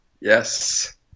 yes